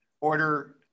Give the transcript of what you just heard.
Order